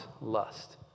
lust